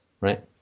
right